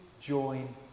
join